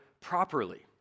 properly